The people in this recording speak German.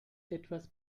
etwas